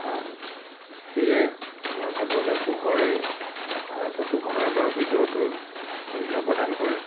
সেয়াই মই ভাবোঁ যে পোহৰেই ফটোখনৰ বা ভিডিঅ'টোৰ মূল্য প্ৰদান কৰে